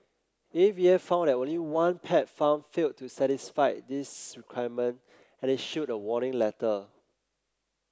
A V A found that only one pet farm failed to satisfy these requirement and issued a warning letter